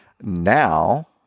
now